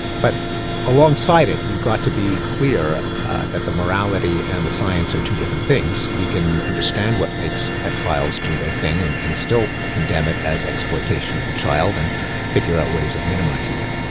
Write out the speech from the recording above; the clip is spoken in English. but alongside it, you've got to be clear that the morality and the science are two different things we can understand what makes paedophiles do their thing, and and still condemn it as exploitation of the child and figure out ways of minimising it.